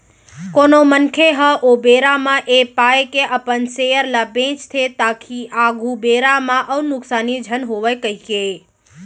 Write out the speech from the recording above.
कोनो मनखे ह ओ बेरा म ऐ पाय के अपन सेयर ल बेंचथे ताकि आघु बेरा म अउ नुकसानी झन होवय कहिके